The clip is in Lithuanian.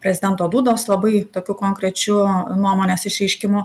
prezidento dudos labai tokiu konkrečiu nuomonės išreiškimu